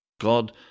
God